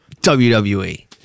WWE